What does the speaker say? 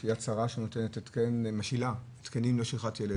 יש 'יד שרה' שנותנת התקן משלה, תקנים לשכחת ילד,